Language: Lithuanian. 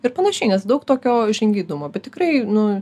ir panašiai nes daug tokio žingeidumo bet tikrai nu